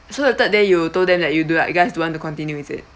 so the third day you told them that you do not guys don't want to continue is it